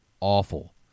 awful